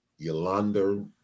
Yolanda